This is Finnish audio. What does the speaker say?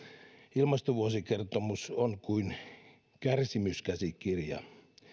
ilmastovuosikertomus on kuin kärsimyskäsikirja